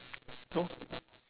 no